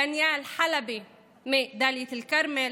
דניאל חלבי מדאלית אל-כרמל,